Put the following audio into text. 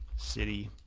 city,